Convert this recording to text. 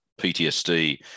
PTSD